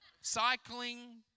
cycling